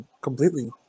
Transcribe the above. Completely